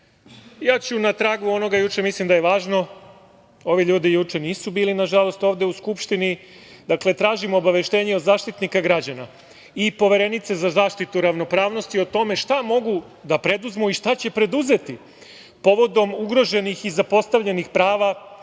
ja ću na tragu onoga juče, mislim da je važno, ovi ljudi juče nisu bili, nažalost, ovde u Skupštini. Dakle, tražim obaveštenje od Zaštitnika građana i Poverenice za zaštitu ravnopravnosti o tome šta mogu da preduzmu i šta će preduzeti povodom ugroženih i zapostavljenih prava